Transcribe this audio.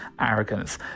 arrogance